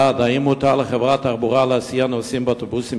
1. האם מותר לחברת תחבורה להסיע נוסעים באוטובוסים